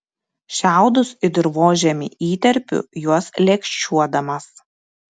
šiaudus į dirvožemį įterpiu juos lėkščiuodamas